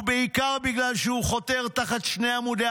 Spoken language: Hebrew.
ובעיקר בגלל שהוא חותר תחת שני עמודי